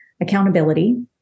accountability